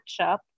matchup